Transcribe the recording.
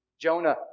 Jonah